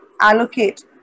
allocate